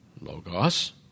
logos